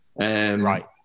right